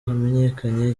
hamenyekanye